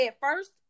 first